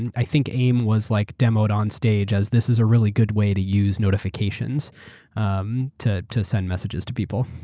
and i think aim was like demoed on stage as this is a really good way to use notifications um to to send messages to people.